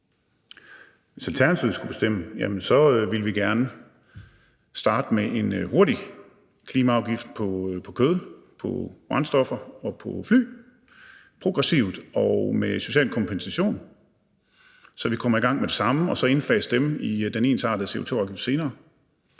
Hvis Alternativet skulle bestemme, ville vi gerne starte med en hurtig klimaafgift på kød, på brændstoffer og på fly, progressivt og med social kompensation, så vi kommer i gang med det samme, og så indfase dem i den ensartede CO2-afgift senere.